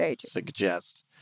suggest